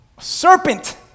Serpent